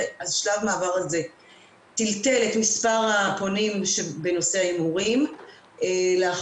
אז שלב מעבר הזה טלטל את מספר הפונים בנושא ההימורים לאחרונה,